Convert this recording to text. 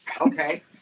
Okay